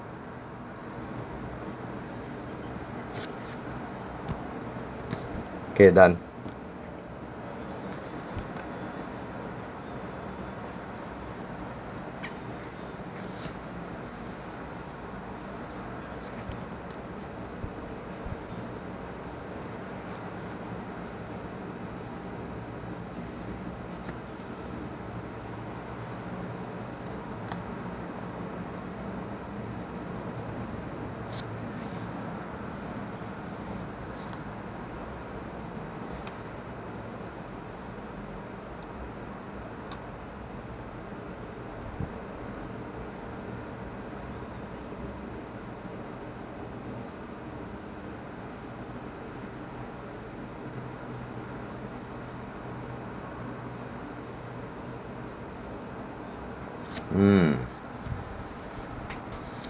okay done mm